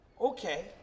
okay